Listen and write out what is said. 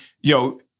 Yo